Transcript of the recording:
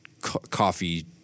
coffee